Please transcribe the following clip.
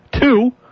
Two